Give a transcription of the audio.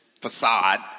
facade